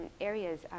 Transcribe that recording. areas